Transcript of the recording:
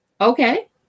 Okay